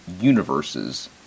universes